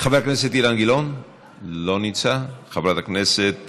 אילן גילאון, לא נמצא, חבר הכנסת